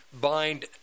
bind